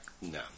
No